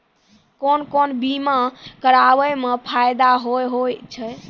कोन कोन बीमा कराबै मे फायदा होय होय छै?